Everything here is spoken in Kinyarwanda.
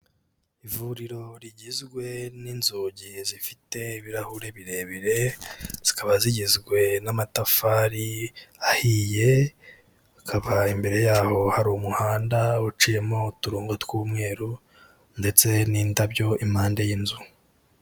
Ivuriro rigizwe n'inzugi zifite ibirahure birebire, zikaba zigizwe n'amatafari ahiye, hakaba imbere yaho hari umuhanda uciyemo uturongo tw'umweru ndetse n'indabyo impande y'inzu.